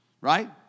right